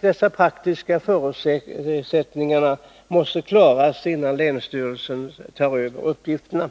Dessa praktiska förutsättningar måste klarläggas innan länsstyrelserna tar över uppgifterna.